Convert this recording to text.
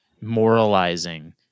moralizing